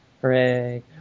Hooray